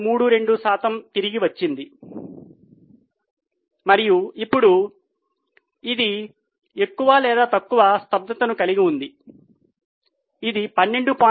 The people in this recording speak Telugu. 32 శాతం తిరిగి వచ్చింది మరియు ఇప్పుడు అది ఎక్కువ లేదా తక్కువ స్తబ్దతను కలిగి ఉంది ఇది 12